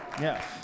Yes